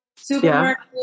Supermarket